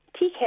TK